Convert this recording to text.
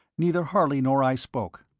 neither harley nor i spoke.